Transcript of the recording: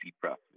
Profit